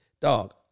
dog